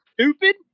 stupid